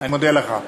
אני מודה לך.